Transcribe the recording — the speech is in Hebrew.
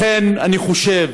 לכן, אני חושב